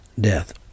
death